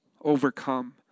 overcome